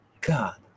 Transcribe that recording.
God